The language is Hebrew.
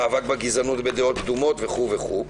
מאבק בגזענות ובדעות קדומות, וכו'.